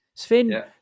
Sven